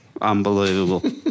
Unbelievable